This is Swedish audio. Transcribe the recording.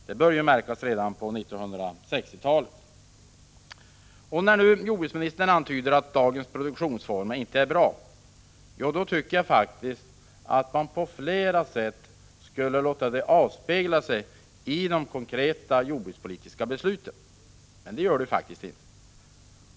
Det började märkas redan på 1960-talet. När nu jordbruksministern antyder att dagens produktionsformer inte är bra, då tycker jag att man på flera sätt skulle låta det avspegla sig i de konkreta jordbrukspolitiska besluten, men så är det faktiskt inte.